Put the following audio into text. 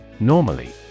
Normally